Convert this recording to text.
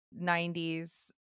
90s